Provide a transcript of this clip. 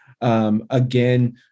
again